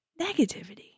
negativity